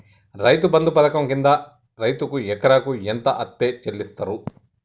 రైతు బంధు పథకం కింద రైతుకు ఎకరాకు ఎంత అత్తే చెల్లిస్తరు?